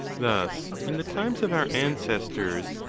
thus, in the times of our ancestors,